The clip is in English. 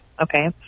Okay